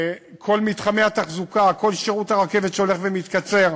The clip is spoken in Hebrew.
כל מתחמי התחזוקה, כל שירות הרכבת, שהולך ומתקצר,